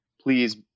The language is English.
please